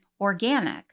organic